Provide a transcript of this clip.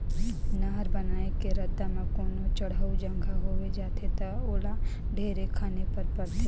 नहर बनाए के रद्दा म कोनो चड़हउ जघा होवे जाथे ता ओला ढेरे खने पर परथे